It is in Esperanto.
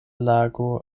lago